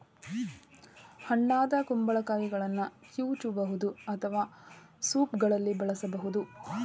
ಹಣ್ಣಾದ ಕುಂಬಳಕಾಯಿಗಳನ್ನ ಕಿವುಚಬಹುದು ಅಥವಾ ಸೂಪ್ಗಳಲ್ಲಿ ಬಳಸಬೋದು